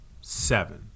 seven